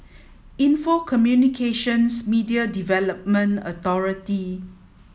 Info Communications Media Development Authority